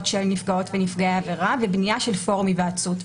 של נפגעות ונפגעי עבירה ובנייה של פורום היוועצות.